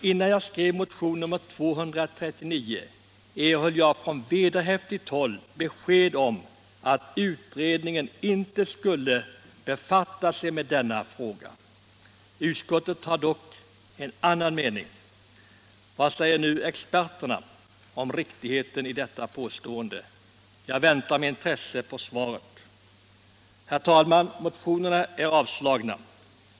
Innan jag skrev motionen 239 erhöll jag från vederhäftigt håll besked om att utredningen inte skulle befatta sig med denna fråga. Utskottet har dock en annan mening. Vad säger nu experterna om riktigheten i detta påstående? Jag väntar med intresse på svaret. Herr talman! Motionerna är avstyrkta.